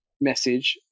message